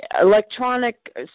Electronic